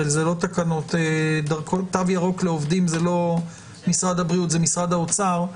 תו ירוק לעובדים זה משרד האוצר.